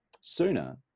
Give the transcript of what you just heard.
sooner